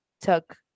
took